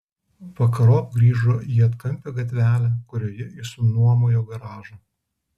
vakarop grįžo į atkampią gatvelę kurioje išsinuomojo garažą